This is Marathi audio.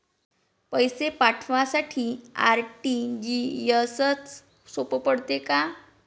पैसे पाठवासाठी आर.टी.जी.एसचं सोप पडते का?